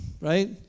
Right